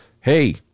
hey